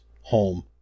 home